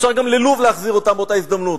אפשר גם ללוב להחזיר אותם באותה הזדמנות.